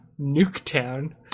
Nuketown